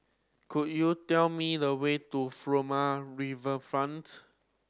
could you tell me the way to Furama Riverfront